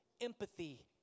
empathy